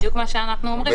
זה בדיוק מה שאנחנו אומרים.